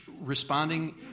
Responding